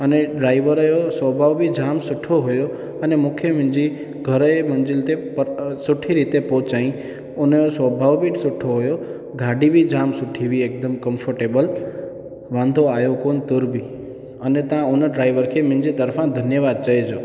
अने ड्राईवर जो स्वभाव बि जाम सुठो हुयो अने मूंखे मुंहिंजी घर जी मंज़िल ते प सुठी रीति पहुचाईं उनजो स्वभाव बि सुठो हुयो गाॾी बि जाम सुठी हुई हिकदमि कंफर्टेबल वांदो आयो कोन तुर बि अने तव्हां उन ड्राईवर खे मुंहिंजी तरफ़ा धन्यवाद चइजो